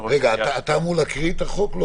אתה אמור לקרוא את החוק?